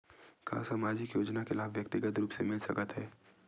का सामाजिक योजना के लाभ व्यक्तिगत रूप ले मिल सकत हवय?